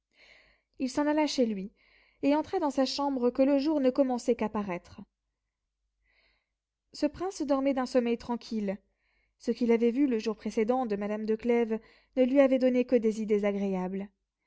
il s'en alla chez lui et entra dans sa chambre que le jour ne commençait qu'à paraître ce prince dormait d'un sommeil tranquille ce qu'il avait vu le jour précédent de madame de clèves ne lui avait donné que des idées agréables